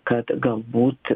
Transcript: kad galbūt